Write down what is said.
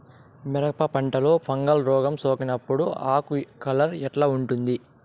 మిరప పంటలో ఫంగల్ రోగం సోకినప్పుడు ఆకు కలర్ ఎట్లా ఉంటుంది?